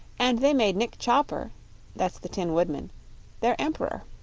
and they made nick chopper that's the tin woodman their emp'ror.